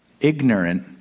ignorant